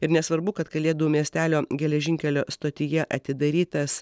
ir nesvarbu kad kalėdų miestelio geležinkelio stotyje atidarytas